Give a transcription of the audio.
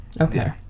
Okay